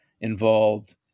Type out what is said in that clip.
involved